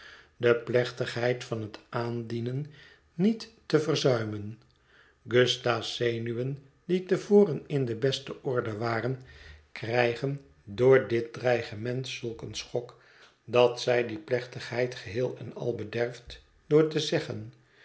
de plechtigheid van het aandienen niet te verzuimen gusta s zenuwen die te voren in de beste orde waren krijgen door dit dreigement zulk een schok dat zij die plechtigheid geheel en al bederft door te zeggen